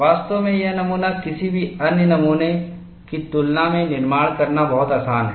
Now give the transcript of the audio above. वास्तव में यह नमूना किसी भी अन्य नमूनों की तुलना में निर्माण करना बहुत आसान है